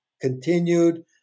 continued